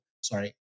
sorry